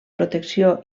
protecció